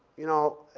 you know,